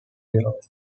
york